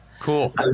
Cool